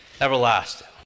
everlasting